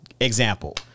example